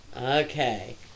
okay